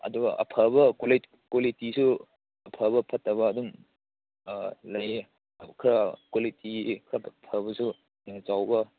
ꯑꯗꯨꯒ ꯑꯐꯕ ꯀ꯭ꯋꯥꯂꯤꯇꯤ ꯑꯐꯕ ꯐꯠꯇꯕ ꯑꯗꯨꯝ ꯑꯥ ꯂꯩꯌꯦ ꯈꯔ ꯀ꯭ꯋꯥꯂꯤꯇꯤ ꯈꯔ ꯐꯕꯁꯨ ꯌꯥꯝ ꯆꯥꯎꯕ